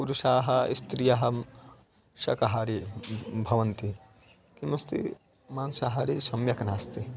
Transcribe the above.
पुरुषाः स्त्रियः शकाहारि भवन्ति किमस्ति मांसाहारी सम्यक् नास्ति